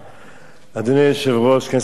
אדוני היושב-ראש, כנסת נכבדה,